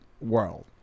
world